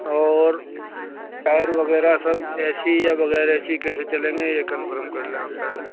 اور ٹائر وغیرہ سب اے سی یا بغیر اے سی کیسے چلیں گے یہ کنفرم کر لیں آپ پہلے